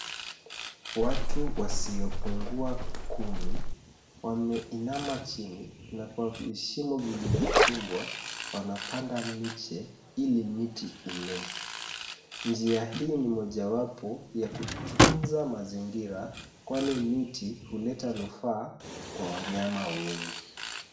Watu wasiopungua kumi, wameinama chini na kwa vishimo vilivyochimbwa, wanapanda miche ili miti imee. Njia hii ni mojawapo ya kutunza mazingira kwani miti huleta nufaa kwa wanyama wengi.